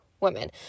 women